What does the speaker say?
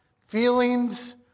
Feelings